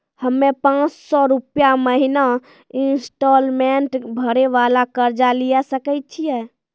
हम्मय पांच सौ रुपिया महीना इंस्टॉलमेंट भरे वाला कर्जा लिये सकय छियै?